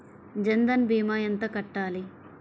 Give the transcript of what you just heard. జన్ధన్ భీమా ఎంత కట్టాలి?